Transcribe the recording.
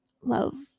Love